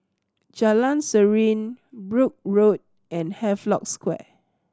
Jalan Serene Brooke Road and Havelock Square